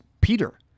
Peter